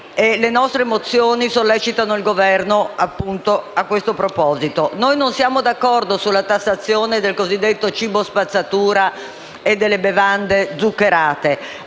Le nostre mozioni sollecitano il Governo in questo senso. Non siamo d'accordo sulla tassazione del cosiddetto cibo spazzatura e delle bevande zuccherate,